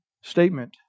statement